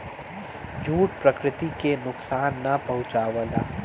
jute प्रकृति के नुकसान ना पहुंचावला